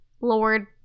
lord